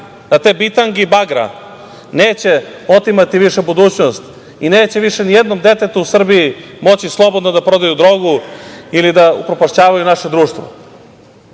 da te bitange i bagra neće otimati više budućnost i neće više ni jednom detetu u Srbiji moći slobodno da prodaju drogu ili da upropaštavaju naše društvo. Sasvim